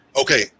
Okay